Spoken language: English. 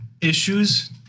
Issues